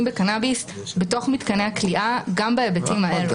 בקנאביס בתוך מתקני הכליאה גם בהיבטים האלו.